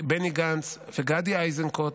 בני גנץ וגדי איזנקוט